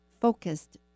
focused